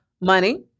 money